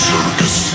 Circus